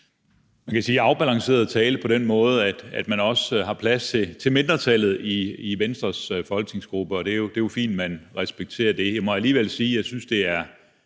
man kan sige afbalanceret tale på den måde, at man også har plads til mindretallet i Venstres folketingsgruppe, og er det jo fint, at man respekterer det. Jeg må alligevel sige, at jeg synes, det er